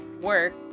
work